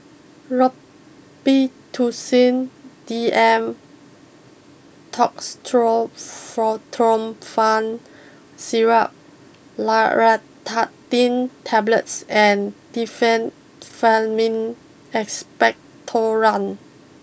Robitussin D M Dextromethorphan Syrup Loratadine Tablets and Diphenhydramine Expectorant